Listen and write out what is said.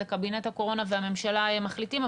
זה קבינט הקורונה והממשלה מחליטים,